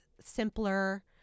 simpler